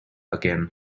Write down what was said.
again